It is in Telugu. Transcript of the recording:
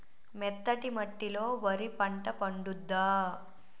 మెత్తటి మట్టిలో వరి పంట పండుద్దా?